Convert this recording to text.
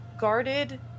guarded